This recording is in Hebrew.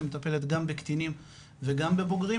שמטפלת גם בקטינים וגם בבוגרים,